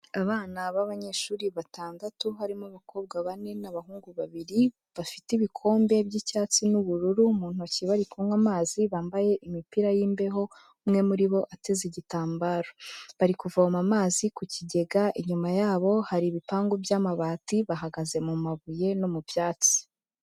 Abana b'abanyeshuri batandatu, harimo abakobwa bane n'abahungu babiri, bafite ibikombe by'icyatsi n'ubururu mu ntoki bari kunywa amazi, bambaye imipira y'imbeho, umwe muri bo ateze igitambaro. Bari kuvoma amazi ku kigega, inyuma yabo hari ibipangu by'amabati, bahagaze mu mabuye no mu byatsi.